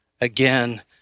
again